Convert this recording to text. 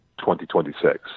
2026